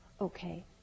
Okay